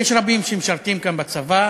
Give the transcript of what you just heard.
יש רבים שמשרתים כאן בצבא.